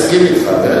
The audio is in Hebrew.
אני מסכים אתך.